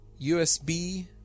USB